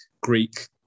Greek